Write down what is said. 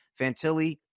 Fantilli